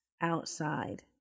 outside